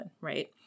right